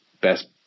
best